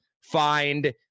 Find